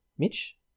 Mitch